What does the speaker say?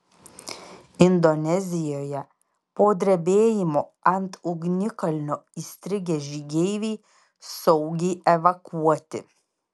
indonezijoje po drebėjimo ant ugnikalnio įstrigę žygeiviai saugiai evakuoti